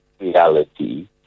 reality